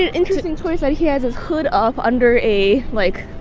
interesting choice that he has his hood up under a, like,